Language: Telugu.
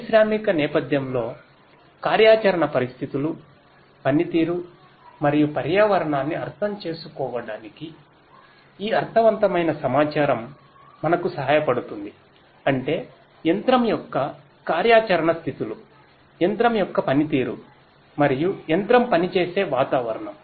పారిశ్రామిక నేపధ్యంలో కార్యాచరణ పరిస్థితులు పనితీరు మరియు పర్యావరణాన్ని అర్థం చేసుకోవడానికి ఈ అర్ధవంతమైన సమాచారం మనకు సహాయపడుతుందిఅంటే యంత్రం యొక్క కార్యాచరణ స్థితులు యంత్రం యొక్క పనితీరు మరియు యంత్రం పనిచేసే వాతావరణం